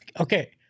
Okay